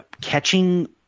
catching